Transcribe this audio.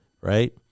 Right